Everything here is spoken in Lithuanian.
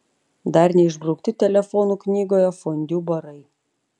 dar neišbraukti telefonų knygoje fondiu barai